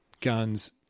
guns